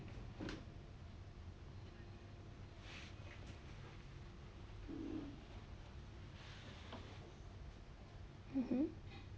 mmhmm